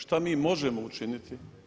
Što mi možemo učiniti?